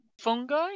fungi